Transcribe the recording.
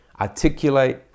articulate